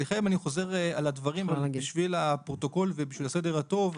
סליחה עם אני חוזר על הדברים אבל עבור הפרוטוקול ולמען הסדר הטוב,